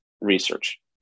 research